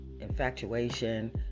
infatuation